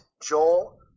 Joel